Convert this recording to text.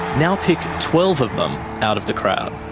now pick twelve of them out of the crowd.